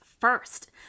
first